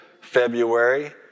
February